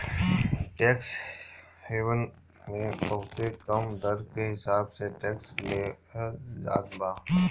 tax haven मे बहुते कम दर के हिसाब से टैक्स लेहल जात बा